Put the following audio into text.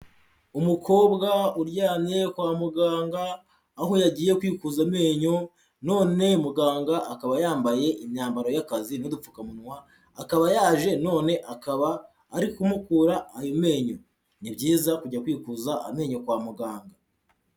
Umukobwa uryamye kwa muganga, aho yagiye kwikuza amenyo none muganga akaba yambaye imyambaro y'akazi n'udupfukamunwa, akaba yaje none akaba ari kumukura ayo menyo. Ni byiza kujya kwikuza amenyo kwa muganga.